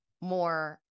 more